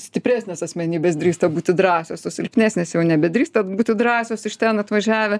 stipresnės asmenybės drįsta būti drąsios o silpnesnės jau nebedrįsta būti drąsios iš ten atvažiavę